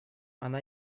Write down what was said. она